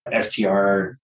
STR